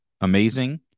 amazing